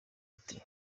ati